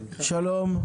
שלום.